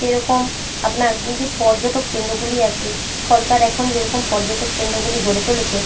যেরকম আপনার যে পর্যটক কেন্দ্রগুলি আছে সরকার এখন যেরকম পর্যটক কেন্দ্রগুলি গড়ে তুলেছে